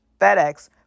FedEx